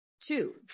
Two